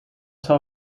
tell